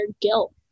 guilt